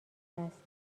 است